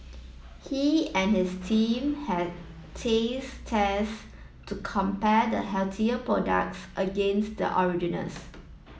he and his team had taste test to compare the healthier products against the originals